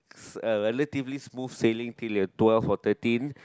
a relatively smooth sailing till you are twelve or thirteen